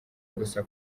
gusa